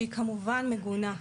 שהיא כמובן מגונה,